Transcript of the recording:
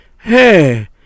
Hey